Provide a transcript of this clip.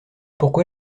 pourquoi